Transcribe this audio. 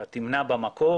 אתה תמנע במקור,